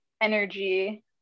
energy